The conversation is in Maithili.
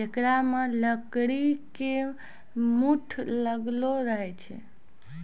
जेकरा मॅ लकड़ी के मूठ लागलो रहै छै